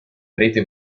prete